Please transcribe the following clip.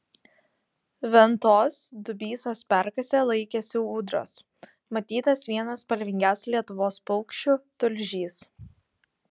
ventos dubysos perkase laikėsi ūdros matytas vienas spalvingiausių lietuvos paukščių tulžys